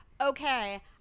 okay